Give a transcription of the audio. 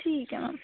ਠੀਕ ਆ ਮੈਮ